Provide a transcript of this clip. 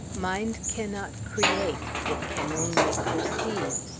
mind cannot create, it can only perceive,